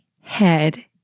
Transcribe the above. head